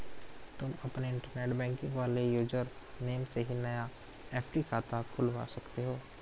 तुम अपने internet banking वाले यूज़र नेम से ही नया एफ.डी खाता खुलवा सकते हो